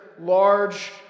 large